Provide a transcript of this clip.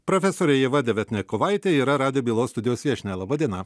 profesorė ieva deviatnikovaitė yra radijo bylos studijos viešnia laba diena